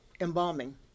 embalming